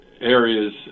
Areas